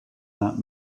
that